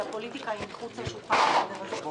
הפוליטיקה היא מחוץ לשולחן בחדר הזה,